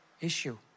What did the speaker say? issue